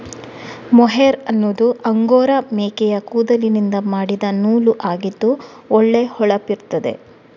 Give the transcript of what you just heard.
mohair ಅನ್ನುದು angora ಮೇಕೆಯ ಕೂದಲಿನಿಂದ ಮಾಡಿದ ನೂಲು ಆಗಿದ್ದು ಒಳ್ಳೆ ಹೊಳಪಿರ್ತದೆ